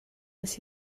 nes